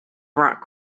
rock